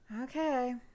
Okay